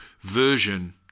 version